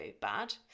bad